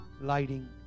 lighting